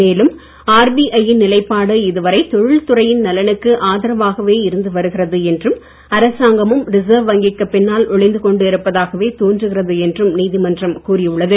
மேலும் R B நிலைப்பாடு இதுவரை தொழில்துறையின் நலனுக்கு ஆதரவாகவே இருந்து வருகிறது என்றும் அரசாங்கமும் ரிசர்வ் வங்கிக்கு பின்னால் ஒலிந்து கொண்டு இருப்பதாகவே தோன்றுகிறது என்றும் நீதிமன்றம் கூறியுள்ளது